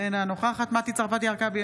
אינה נוכחת מטי צרפתי הרכבי,